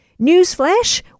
Newsflash